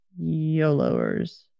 YOLOers